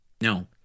No